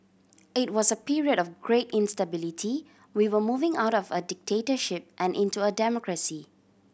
it was a period of great instability we were moving out of a dictatorship and into a democracy